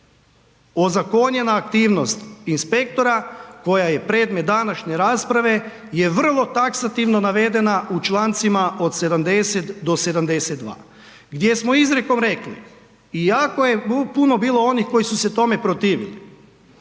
ozakonjena aktivnost inspektora koja je predmet današnje rasprave je vrlo taksativno navedena u člancima od 70. do 72. gdje smo izrijekom rekli i jako je puno bilo onih koji su se tome protivili,